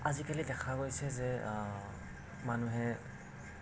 আজিকালি দেখা গৈছে যে মানুহে